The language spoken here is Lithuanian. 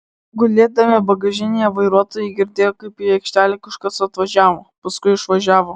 gulėdami bagažinėje vairuotojai girdėjo kaip į aikštelę kažkas atvažiavo paskui išvažiavo